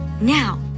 Now